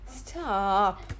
Stop